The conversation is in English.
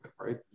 right